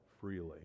freely